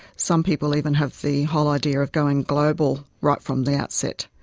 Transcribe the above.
some people even have the whole idea of going global right from the outset.